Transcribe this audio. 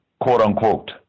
quote-unquote